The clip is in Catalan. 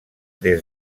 des